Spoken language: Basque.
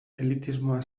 elitismoa